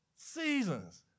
Seasons